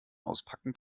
auspacken